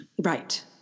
Right